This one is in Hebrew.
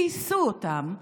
כייסו אותם,